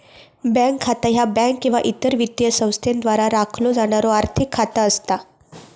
bank खाता ह्या bank किंवा इतर वित्तीय संस्थेद्वारा राखलो जाणारो आर्थिक खाता असता